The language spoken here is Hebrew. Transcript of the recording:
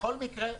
בכל מקרה,